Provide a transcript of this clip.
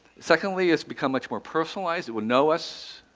secondly, it's become much more personalized. it will know us,